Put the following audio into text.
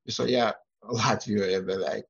visoje latvijoje beveik